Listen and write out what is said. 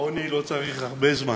העוני לא צריך הרבה זמן.